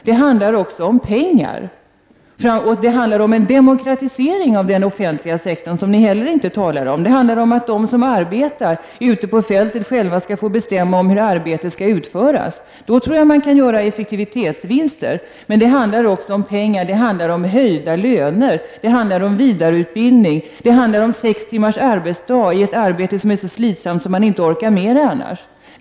Det handlar också om pengar. Det handlar om en demokratisering av den offentliga sektorn, som ni inte heller talar om. Det handlar om att de som arbetar ute på fältet själva skall få bestämma om hur arbetet skall utföras. Då tror jag att man kan göra effektivitetsvinster. Det handlar också om höjda löner. Det handlar om vidareutbildning. Det handlar om sex timmars arbetsdag i ett arbete som är så slitsamt att man annars inte orkar med det.